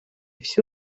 все